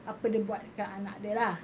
apa dia buat kat anak dia lah